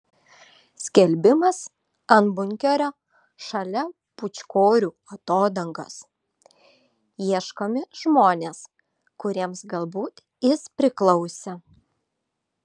skelbimas ant bunkerio šalia pūčkorių atodangos ieškomi žmonės kuriems galbūt jis priklausė